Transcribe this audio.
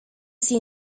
sie